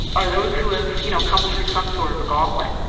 are those who have you know come through some sort of a gauntlet,